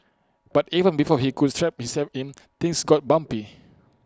but even before he could strap himself in things got bumpy